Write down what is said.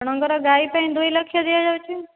ଆପଣଙ୍କ ର ଗାଈ ପାଇଁ ଦୁଇ ଲକ୍ଷ ଦିଆଯାଉଛି